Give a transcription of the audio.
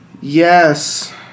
yes